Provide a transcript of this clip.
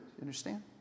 understand